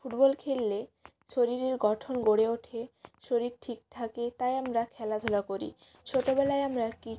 football খেললে শরীরের গঠন গড়ে ওঠে শরীর ঠিক থাকে তাই আমরা খেলাধুলা করি ছোটোবেলায় আমরা কি